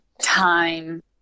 time